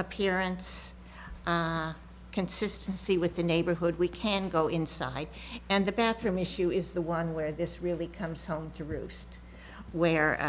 appearance consistency with the neighborhood we can go inside and the bathroom issue is the one where this really comes home to roost where